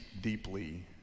deeply